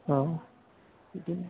औ बिदिनो